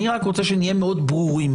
אני רק רוצה שנהיה מאוד ברורים.